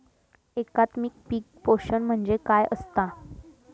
एकात्मिक पीक पोषण म्हणजे काय असतां?